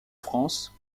france